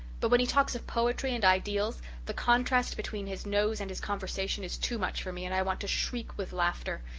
but when he talks of poetry and ideals the contrast between his nose and his conversation is too much for me and i want to shriek with laughter.